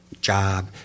job